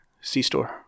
C-Store